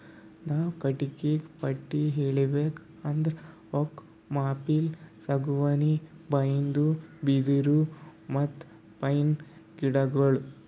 ನಾವ್ ಕಟ್ಟಿಗಿಗಾ ಪಟ್ಟಿ ಹೇಳ್ಬೇಕ್ ಅಂದ್ರ ಓಕ್, ಮೇಪಲ್, ಸಾಗುವಾನಿ, ಬೈನ್ದು, ಬಿದಿರ್, ಮತ್ತ್ ಪೈನ್ ಗಿಡಗೋಳು